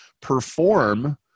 perform